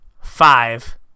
five